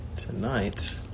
Tonight